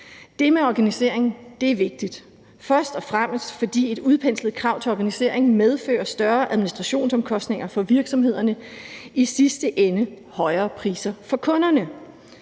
Det med organisering er vigtigt, først og fremmest fordi et udpenslet krav til organisering medfører større administrationsomkostninger for virksomhederne og i sidste ende højere priser for kunderne.